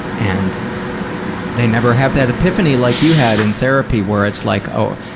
and they never have that epiphany like you had in therapy, where it's like, oh,